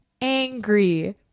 angry